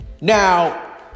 Now